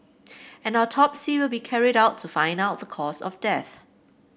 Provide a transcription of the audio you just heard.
an autopsy will be carried out to find out the cause of death